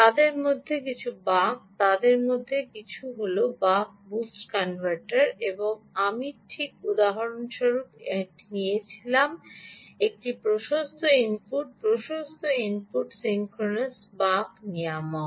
তাদের মধ্যে কিছু বাক হল বাক বুস্ট এবং আমি ঠিক উদাহরণস্বরূপ আমি এটি নিয়েছিলাম একটি প্রশস্ত ইনপুট প্রশস্ত ইনপুট সিঙ্ক্রোনাস বাক নিয়ামক